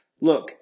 Look